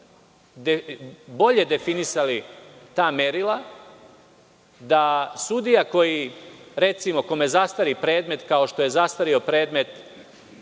bolje definisali ta merila da sudija recimo, kome zastari predmet, kao što je zastareo predmet